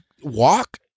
walk